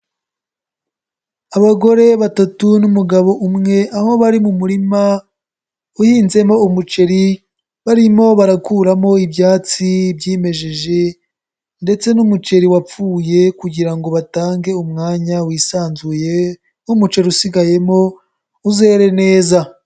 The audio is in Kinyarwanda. Abagore batatu n'umugabo umwe aho bari mu murima uhinzemo umuceri barimo barakuramo ibyatsi byimejeje ndetse n'umuceri wapfuye kugira ngo batange umwanya wisanzuye w'umuceri usigayemo uzere neza.